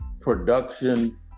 Production